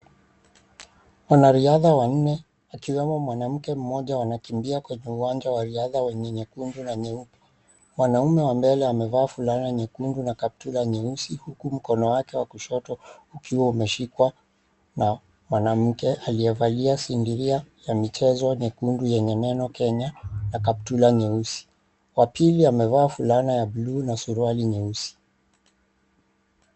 Wanariadha wanne akiwemo mwanamke mmoja wanakimbia kwenye uwanja wa riadha wenye nyekundu na nyeupe. Mwanaume wa mbele amevaa fulana nyekundu na kaptura nyeusi huku mkono wake wa kushoto ukiwa umeshikwa na mwanamke aliyevalia sindiria ya michezo nyekundu yenye neno Kenya na kaptura nyeusi, wa pili amevaa fulana ya {cs} blue {cs} na suruali nyeusi.